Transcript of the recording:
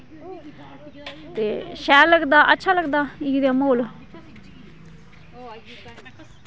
शैल लगदा अच्छा लगदा ऐ जेहा म्हौल